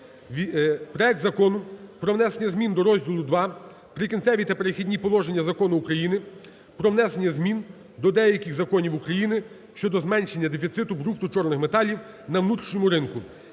Проект Закону про внесення змін до розділу ІІ "Прикінцеві та перехідні положення" Закону України "Про внесення змін до деяких законів України щодо зменшення дефіциту брухту чорних металів на внутрішньому ринку"